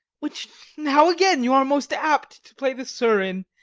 which now again you are most apt to play the sir in.